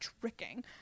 tricking